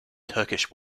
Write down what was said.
turkish